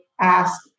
ask